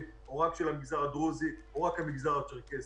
או רק של המגזר הדרוזי או רק של המגזר הצ'רקסי.